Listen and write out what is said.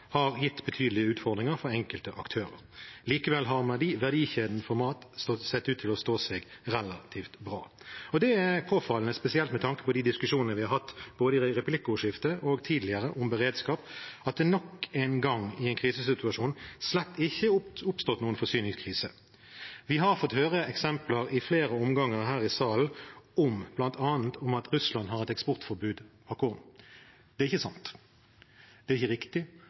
aktører. Likevel har verdikjeden for mat sett ut til å stå seg relativt bra, og det er påfallende, spesielt med tanke på de diskusjonene vi har hatt om beredskap både i replikkordskiftet og tidligere, at det nok en gang i en krisesituasjon slett ikke har oppstått noen forsyningskrise. Vi har i flere omganger her i salen fått høre eksempler, bl.a. at Russland har et eksportforbud av korn. Det er ikke sant. Det er ikke riktig.